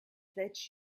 that